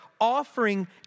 offering